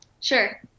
Sure